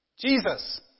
Jesus